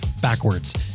backwards